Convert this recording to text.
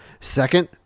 second